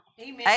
Amen